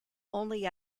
only